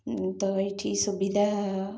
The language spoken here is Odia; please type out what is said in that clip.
ତ ଏଇଠି ସୁବିଧା